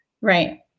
Right